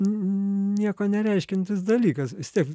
nieko nereiškiantis dalykas vis tiek